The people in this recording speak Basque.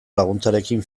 laguntzarekin